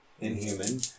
Inhuman